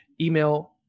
email